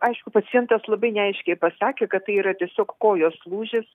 aišku pacientas labai neaiškiai pasakė kad tai yra tiesiog kojos lūžis